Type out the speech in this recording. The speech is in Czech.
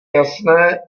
jasné